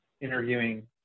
interviewing